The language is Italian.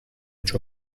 ciò